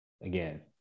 again